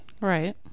Right